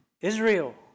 Israel